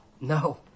No